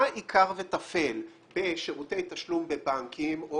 מה עיקר וטפל בשירותי תשלום בבנקים או